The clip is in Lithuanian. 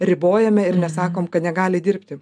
ribojame ir nesakom kad negali dirbti